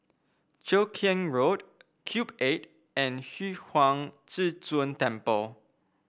Cheow Keng Road Cube Eight and Huang Zhi Zun Temple